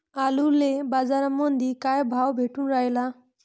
आलूले बाजारामंदी काय भाव भेटून रायला?